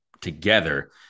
together